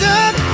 up